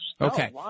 Okay